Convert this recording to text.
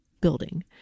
building